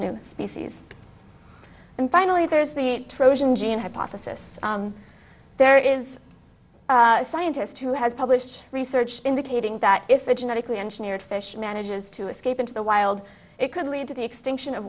new species and finally there's the trojan gene hypothesis there is a scientist who has published research indicating that if a genetically engineered fish manages to escape into the wild it could lead to the extinction of